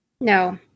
No